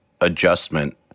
adjustment